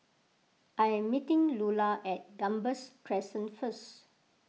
I am meeting Lula at Gambas Crescent first